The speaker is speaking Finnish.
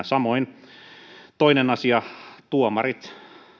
samoin toinen asia tuomarit